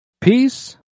peace